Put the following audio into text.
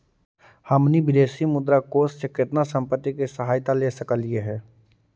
हमनी विदेशी मुद्रा कोश से केतना संपत्ति के सहायता ले सकलिअई हे?